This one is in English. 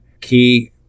key